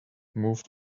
moved